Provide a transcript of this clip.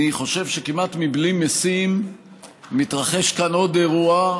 אני חושב שכמעט מבלי משים מתרחש כאן עוד אירוע.